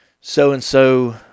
so-and-so